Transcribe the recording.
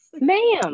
ma'am